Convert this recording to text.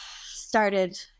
started